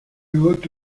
haute